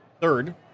third